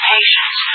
Patience